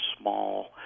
small